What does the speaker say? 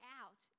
out